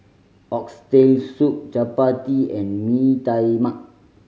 Oxtail Soup chappati and Mee Tai Mak